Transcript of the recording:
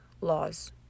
laws